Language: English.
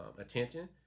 attention